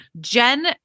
jen